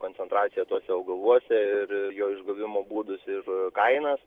koncentraciją tuose augaluose ir jo išgavimo būdus ir kainas